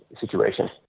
situation